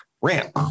ramp